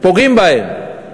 פוגעים בהן,